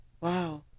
Wow